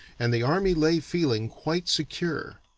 and the army lay feeling quite secure.